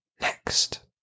next